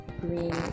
green